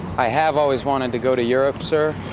i have always wanted to go to europe, sir.